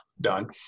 done